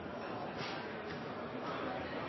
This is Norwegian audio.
presidenten